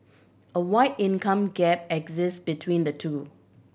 a wide income gap exist between the two